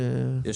הוועדה להסדרה.